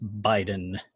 Biden